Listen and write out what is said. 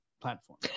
platform